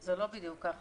זה לא בדיוק ככה.